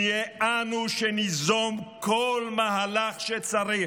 נהיה אנו שניזום כל מהלך שצריך.